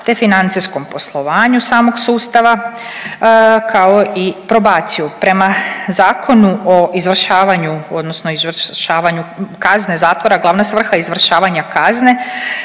te financijskom poslovanju samog sustava, kao i probaciju. Prema Zakonu o izvršavanju odnosno izvršavanju kazne zatvora glavna svrha izvršavanja kazne